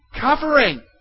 Covering